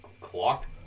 clock